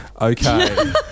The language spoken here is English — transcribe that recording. Okay